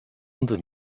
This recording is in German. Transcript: und